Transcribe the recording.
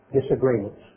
disagreements